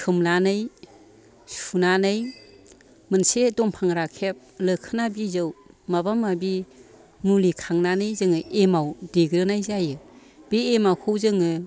सोमनानै सुनानै मोनसे दंफां राखेब लोखोना बिजौ माबा माबि मुलि खांनानै जोङो एमाव देगोरनाय जायो बे एमावखौ जोङो